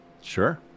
Sure